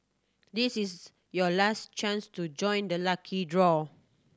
this is your last chance to join the lucky draw